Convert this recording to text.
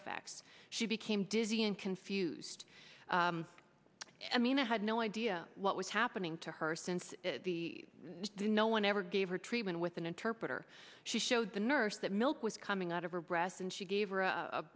effects she became dizzy and confused i mean i had no idea what was happening to her since no one ever gave her treatment with an interpreter she showed the nurse that milk was coming out of her breast and she gave